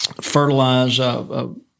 fertilize